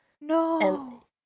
No